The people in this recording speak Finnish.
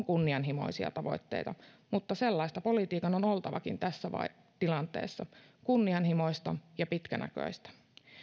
kunnianhimoisia tavoitteita mutta sellaista politiikan on oltavakin tässä tilanteessa kunnianhimoista ja pitkänäköistä